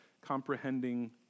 comprehending